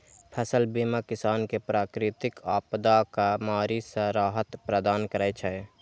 फसल बीमा किसान कें प्राकृतिक आपादाक मारि सं राहत प्रदान करै छै